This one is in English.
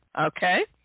Okay